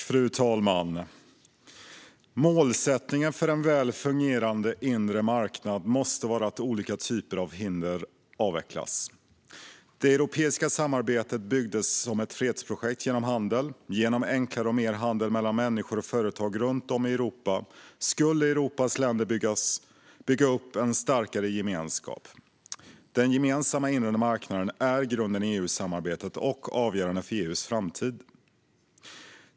Fru talman! Målsättningen för en väl fungerande inre marknad måste vara att olika typer av hinder avvecklas. Det europeiska samarbetet byggdes som ett fredsprojekt genom handel. Genom enklare och mer handel mellan människor och företag runt om i Europa skulle Europas länder bygga upp en starkare gemenskap. Den gemensamma inre marknaden är grunden i EU-samarbetet och avgörande för EU:s framtid.